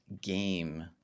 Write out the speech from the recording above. game